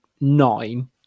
nine